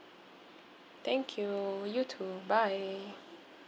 thank you you too bye